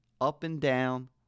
up-and-down